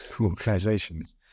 organizations